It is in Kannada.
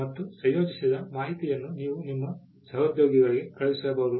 ಮತ್ತು ಸಂಯೋಜಿಸಿದ ಮಾಹಿತಿಯನ್ನು ನೀವು ನಿಮ್ಮ ಸಹೋದ್ಯೋಗಿಗೆ ಕಳುಹಿಸಬಹುದು